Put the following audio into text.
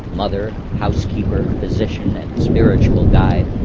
mother, housekeeper, physician, and spiritual guide,